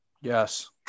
Yes